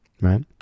right